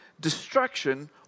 destruction